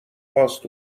خواست